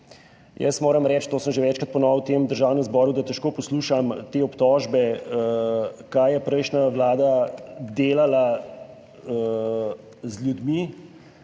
Jaz moram reči, to sem že večkrat ponovil v tem Državnem zboru, da težko poslušam te obtožbe, kaj je prejšnja vlada delala z ljudmi,